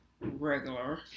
regular